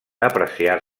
apreciar